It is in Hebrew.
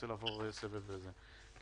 בבקשה.